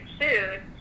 food